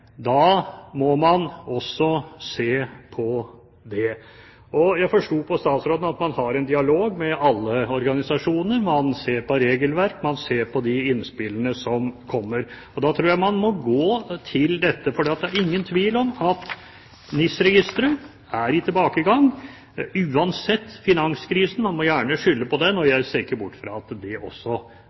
da må man også se på det. Jeg forsto på statsråden at man har en dialog med alle organisasjonene – man ser på regelverket, man ser på de innspillene som kommer. Da tror jeg man må gå til dette, for det er ingen tvil om at NIS-registeret er i tilbakegang – uansett finanskrisen. Man må gjerne skylde på den, og jeg ser ikke bort fra at den også